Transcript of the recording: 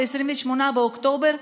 ב-28 באוקטובר,